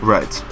Right